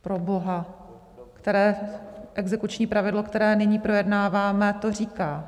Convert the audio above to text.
Proboha, které exekuční pravidlo, který nyní projednáváme, to říká?